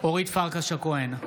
אורית פרקש הכהן,